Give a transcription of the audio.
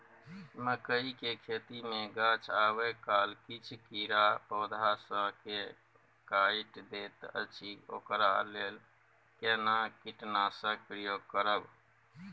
मकई के खेती मे गाछ आबै काल किछ कीरा पौधा स के काइट दैत अछि ओकरा लेल केना कीटनासक प्रयोग करब?